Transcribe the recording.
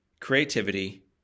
creativity